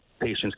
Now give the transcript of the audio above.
patients